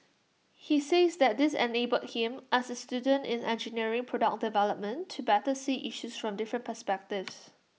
he says that this enabled him as A student in engineering product development to better see issues from different perspectives